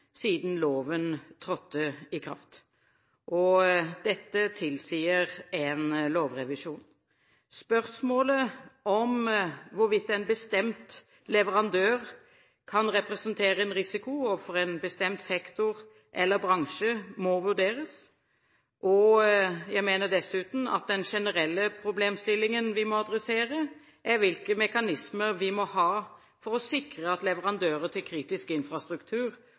siden loven trådte i kraft. Dette tilsier en lovrevisjon. Spørsmålet om hvorvidt en bestemt leverandør kan representere en risiko overfor en bestemt sektor eller bransje, må vurderes. Jeg mener dessuten at den generelle problemstillingen vi må adressere, er hvilke mekanismer vi må ha for å sikre